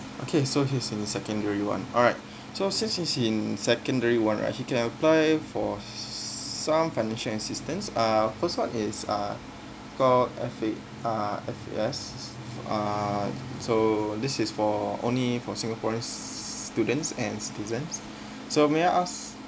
okay so he's in secondary one alright so since he's in secondary one right he can apply for us s~ some financial assistance uh first one is uh called F_A uh called F_A_S uh so this is for only for singaporeans students and citizens so may I ask